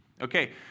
Okay